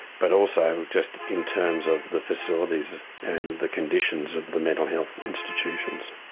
but also just in terms of the facilities and the conditions of the mental health institutions.